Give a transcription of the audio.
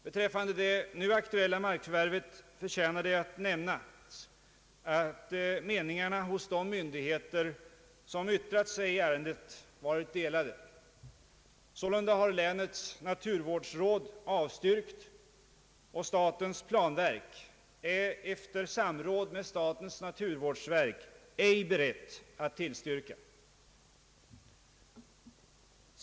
Beträffande det aktuella markförvärvet förtjänar nämnas att meningarna hos de myndigheter som yttrat sig i ärendet varit delade. Sålunda har länets naturvårdsråd avstyrkt markförvärvet och statens planverk är efter samråd med statens naturvårdsverk inte berett att tillstyrka förvärvet.